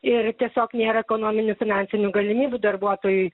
ir tiesiog nėra ekonominių finansinių galimybių darbuotojui